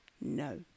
no